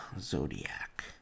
Zodiac